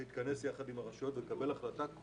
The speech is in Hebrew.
להתכנס יחד עם הרשויות ולקבל החלטה,